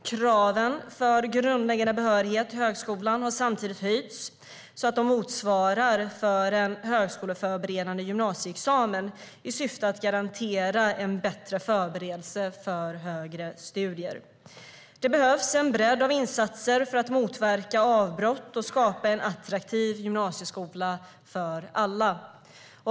Kraven för grundläggande behörighet till högskolan har samtidigt höjts så att de motsvarar kraven för en högskoleförberedande gymnasieexamen i syfte att garantera en bättre förberedelse för högre studier. Det behövs en bredd av insatser för att motverka avbrott och skapa en attraktiv gymnasieskola för alla.